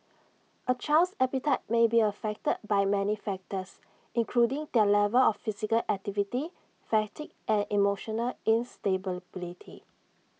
A child's appetite may be affected by many factors including their level of physical activity fatigue and emotional instability